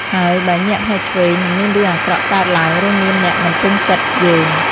ហើយបើ ញាក់ភ្នែកឆ្វេង នឹងមានរឿងអាក្រក់កើតឡើង ឬមានអ្នកមិនពេញចិត្តយើង។